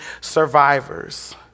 survivors